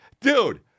Dude